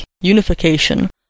unification